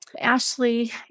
Ashley